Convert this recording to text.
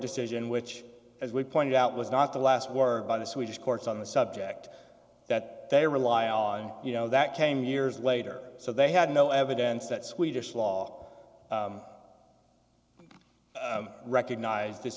decision which as we pointed out was not the last word by the swedish courts on the subject that they rely on you know that came years later so they had no evidence that swedish law recognised this